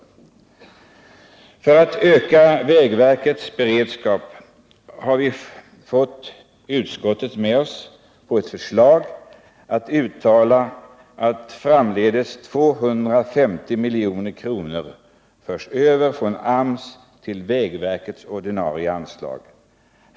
Vi har fått utskottet med oss på ett förslag om att man skall öka vägverkets beredskap genom att uttala att framdeles 250 milj.kr. förs över från AMS-medel till vägverkets ordinarie anslag.